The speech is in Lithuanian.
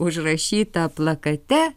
užrašyta plakate